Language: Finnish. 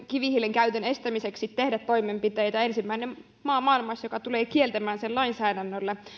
kivihiilen käytön estämiseksi tehdä toimenpiteitä ensimmäinen maa maailmassa joka tulee kieltämään sen lainsäädännöllä